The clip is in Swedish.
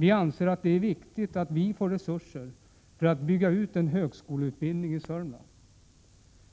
Vi anser att det är viktigt att vi får resurser för att bygga ut en högskoleutbildning i Sörmland.